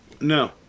No